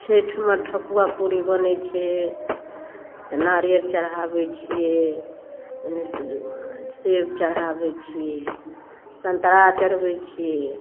छैठमे ठकुआ पूरी बनै छै तऽ नारियर चढाबै छियै सेब चढाबै छियै सन्तरा चढ़बै छियै